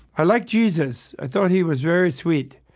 i liked jesus. i thought he was very sweet,